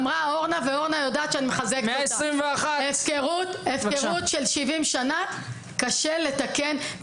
אמרה אורנה ואורנה יודעת שאני מחזקת אותה: הפקרות של 70 שנה קשה לתקן.